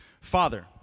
Father